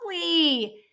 lovely